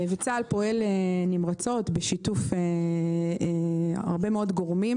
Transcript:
צה"ל פועל נמרצות, בשיתוף הרבה מאוד גורמים,